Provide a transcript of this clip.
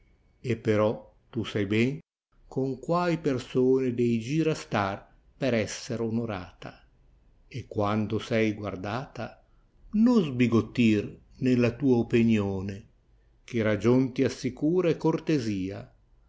pone però ta sai ln con quai persone dei gir a stary per esser onorata quando sei guardata no sbigottir nella tua openione che ragion ti assicura e cortesia